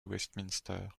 westminster